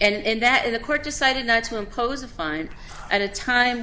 and that the court decided not to impose a fine at a time